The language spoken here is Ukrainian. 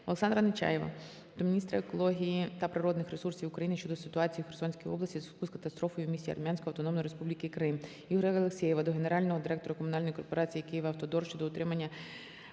Олександра Нечаєва до міністра екології та природних ресурсів України щодо ситуації у Херсонській області у зв'язку з катастрофою у місті Армянську Автономної Республіки Крим. Ігоря Алексєєва до генерального директора комунальної корпорації "Київавтодор"